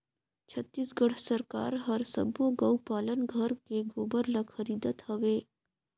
छत्तीसगढ़ सरकार हर सबो गउ पालन घर के गोबर ल खरीदत हवे